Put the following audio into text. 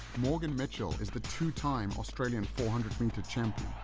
morgan mitchell is the two-time australian four hundred meter champion.